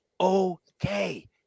okay